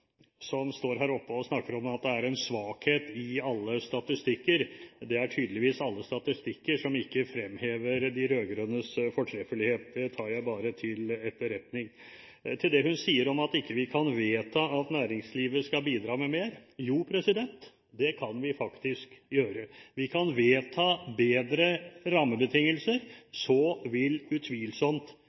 ikke fremhever de rød-grønnes fortreffelighet. Det tar jeg bare til etterretning. Til det hun sier om at vi ikke kan vedta at næringslivet skal bidra med mer: Jo, det kan vi faktisk gjøre. Vi kan vedta bedre rammebetingelser, så vil utvilsomt